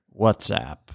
WhatsApp